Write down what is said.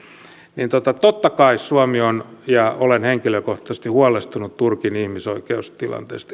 niin totta totta kai suomi on ja olen henkilökohtaisesti huolestunut turkin ihmisoikeustilanteesta